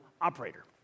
operator